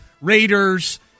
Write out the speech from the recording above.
Raiders